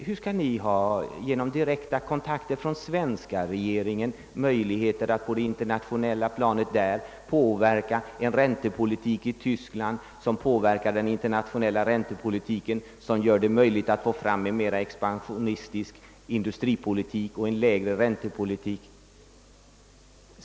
Hur skulle svenska regeringen genom direkta kontakter ha möjlighet att på det internationella planet påverka den tyska räntepolitiken, som påverkar den internationella räntepolitiken, som i sin tur skulle göra det möjligt att åstadkomma en mer expansionistisk industripolitik och en lägre räntenivå.